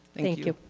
thank you.